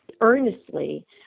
earnestly